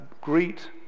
greet